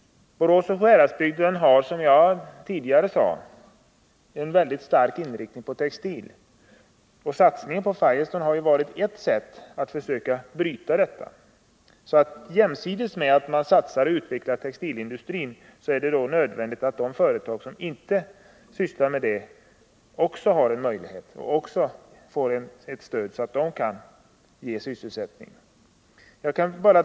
Borås och Sjuhäradsbygden har, som jag tidigare sade, stark inriktning på textil, och satsningen på Firestone har varit ett sätt att försöka bryta ensidigheten. Jämsides med att satsa på utveckling av textilindustrin är det nödvändigt att de företag som inte sysslar med sådan tillverkning också får stöd så att de kan ge sysselsättning.